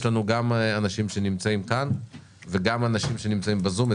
לנו גם אנשים שנמצאים כאן וגם אנשים שנמצאים בזום,